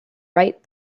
right